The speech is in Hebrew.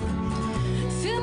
צלחו.